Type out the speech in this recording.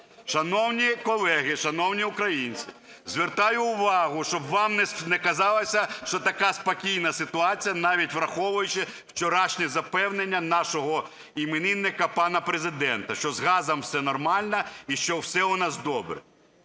Шановні колеги, шановні українці, звертаю увагу, щоб вам не казалося, що така спокійна ситуація, навіть враховуючи вчорашні запевнення нашого іменника пана Президента, що з газом все нормально і що все у нас добре.